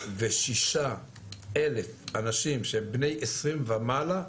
226,000 אנשים שהם בני עשרים ומעלה,